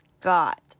got